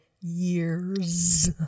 years